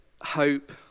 hope